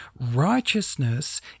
Righteousness